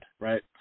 right